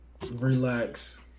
Relax